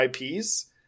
IPs